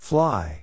Fly